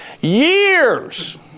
years